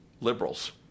liberals